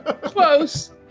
Close